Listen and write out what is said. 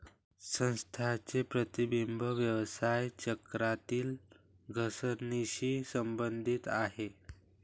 संस्थांचे प्रतिबिंब व्यवसाय चक्रातील घसरणीशी संबंधित आहे